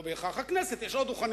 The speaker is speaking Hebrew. לא בהכרח דוכן הכנסת,